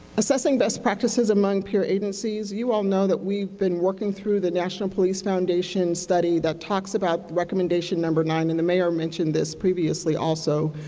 assessing best practices among peer agencies, you all know that we have been working through the national police foundation study that talks about recommendation number nine, and the mayor mentioned this previously also,